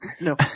No